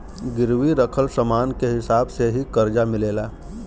गिरवी रखल समान के हिसाब से ही करजा मिलेला